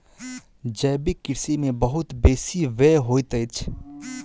जैविक कृषि में बहुत बेसी व्यय होइत अछि